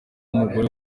umugore